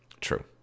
True